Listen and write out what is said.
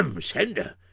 Sender